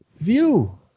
view